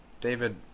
David